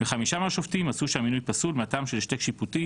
וחמישה מהשופטים מצאו שהמינוי פסול מהטעם של השתק שיפוטי